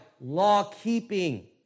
law-keeping